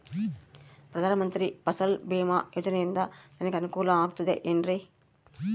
ಪ್ರಧಾನ ಮಂತ್ರಿ ಫಸಲ್ ಭೇಮಾ ಯೋಜನೆಯಿಂದ ನನಗೆ ಅನುಕೂಲ ಆಗುತ್ತದೆ ಎನ್ರಿ?